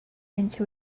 into